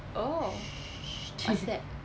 oh what's that